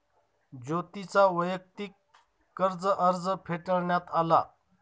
ज्योतीचा वैयक्तिक कर्ज अर्ज फेटाळण्यात आला